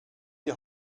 die